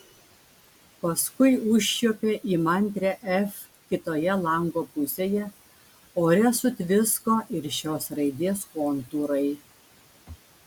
paskui užčiuopė įmantrią f kitoje lango pusėje ore sutvisko ir šios raidės kontūrai